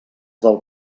del